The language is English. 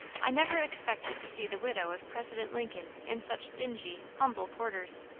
i never expected to see the widow of president lincoln in such dingy, humble quarters.